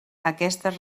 aquestes